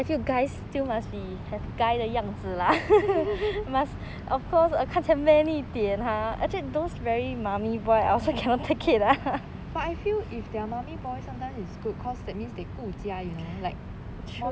but I feel if they're mummy boy sometimes it's good cause that means they 顾家 you know like